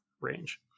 range